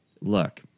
look